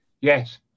Yes